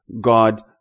God